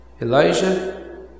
Elijah